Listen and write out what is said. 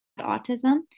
autism